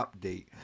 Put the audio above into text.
update